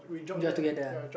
you're together uh